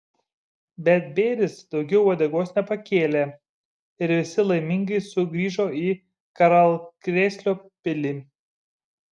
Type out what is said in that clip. bet bėris daugiau uodegos nepakėlė ir visi laimingai sugrįžo į karalkrėslio pilį